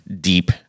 deep